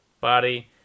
body